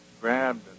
grabbed